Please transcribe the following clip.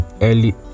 early